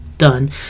done